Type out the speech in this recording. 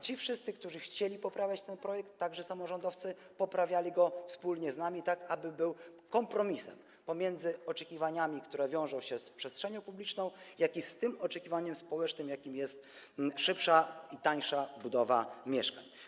Ci wszyscy, którzy chcieli poprawiać ten projekt, także samorządowcy, poprawiali go wspólnie z nami, tak aby był kompromisem pomiędzy oczekiwaniami, które wiążą się z przestrzenią publiczną, a oczekiwaniem społecznym, którym jest szybsza i tańsza budowa mieszkań.